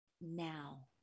now